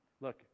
Look